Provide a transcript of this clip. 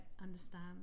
understand